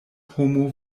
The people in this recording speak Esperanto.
homo